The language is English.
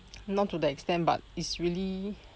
not to the extent but it's really